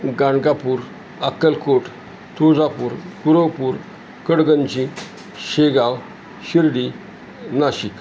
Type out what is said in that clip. Ganagapur Akkalkot Tuljapur Kuravpur Kadganji Shegaon Shirdi Nashik